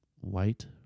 white